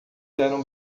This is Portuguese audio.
eram